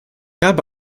habe